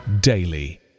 daily